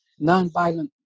nonviolent